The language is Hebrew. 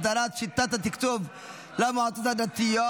הסדרת שיטת התקצוב למועצות הדתיות